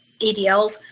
ADLs